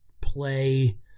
play